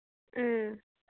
ꯎꯝ